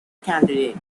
candidate